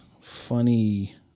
funny